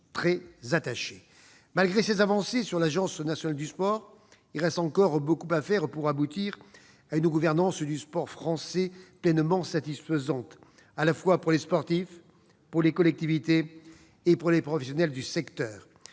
très attachés. Malgré ces avancées sur l'Agence nationale du sport, il reste encore beaucoup à faire pour aboutir à une gouvernance du sport français pleinement satisfaisante, à la fois pour les sportifs, pour les collectivités et pour les professionnels du secteur.